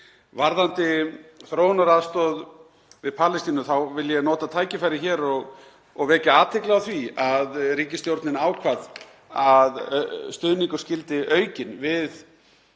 Varðandi þróunaraðstoð við Palestínu þá vil ég nota tækifærið hér og vekja athygli á því að ríkisstjórnin ákvað að stuðningur skyldi aukinn við